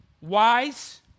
Wise